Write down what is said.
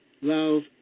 Love